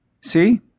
See